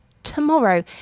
tomorrow